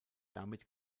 damit